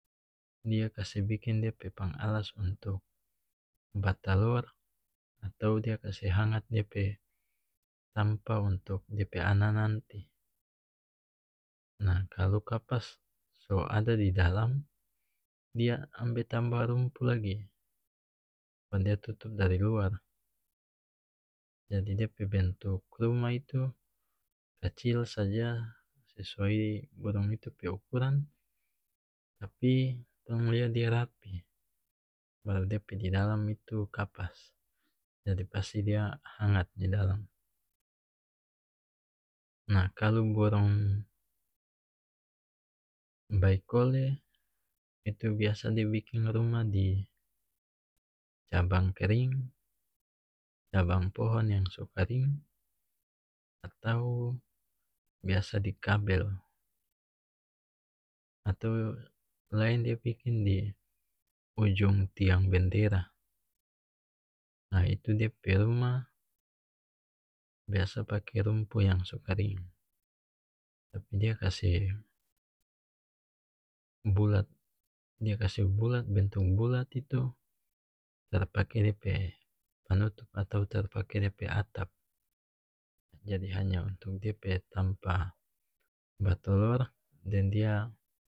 Dia kase bikin dia pe pang alas untuk batalor atau dia kase hangat dia pe tampa untuk dia pe ana nanti nah kalu kapas so ada didalam dia ambe tamba rumpu lagi baru dia tutup dari luar jadi dia pe bentuk rumah itu kacil saja sesuai burung itu pe ukuran tapi tong lia dia rapih baru dia pe didalam itu kapas jadi pasti dia hangat didalam nah kalu burung baikole itu biasa dia biking rumah di cabang kering cabang pohon yang so kering atau biasa di kabel atau laeng dia biking di ujung tiang bendera nah itu dia pe rumah biasa pake rumpu yang so karing tapi dia kase bulat dia kase bulat bentuk bulat itu tara pake dia pe panutup atau tara pake dia pe atap jadi hanya untuk dia pe tampa batolor deng dia